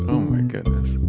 ah oh my goodness.